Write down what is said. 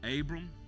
Abram